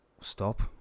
stop